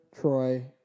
Troy